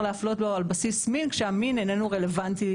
להפלות בו על בסיס מין כשהמין איננו רלוונטי.